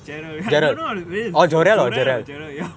jarrel I don't know whether is jorrel or jarrel ya